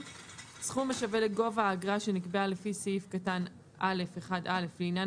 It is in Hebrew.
סכום השווה לגובה האגרה שנקבעה לפי סעיף קטן (א)(1א) לעניין